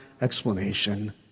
explanation